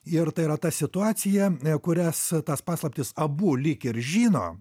ir tai yra ta situacija kurias tas paslaptis abu lyg ir žino